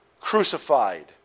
crucified